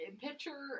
picture